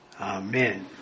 Amen